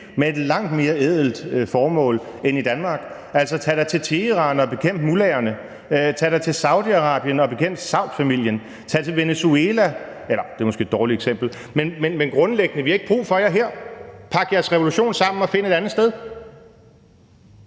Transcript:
med et langt mere ædelt formål end i Danmark. Tag da til Teheran, og bekæmp mullaherne. Tag da til Saudi-Arabien, og bekæmp Saudfamilien. Tag til Venezuela ... eller det er måske et dårligt eksempel. Men grundlæggende: Vi har ikke brug for jer her. Pak jeres revolution sammen, og find et andet sted.